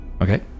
Okay